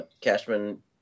Cashman